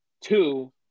Two